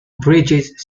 bridges